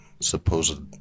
supposed